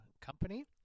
company